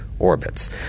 orbits